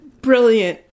brilliant